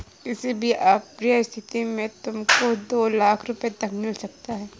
किसी भी अप्रिय स्थिति में तुमको दो लाख़ रूपया तक मिल सकता है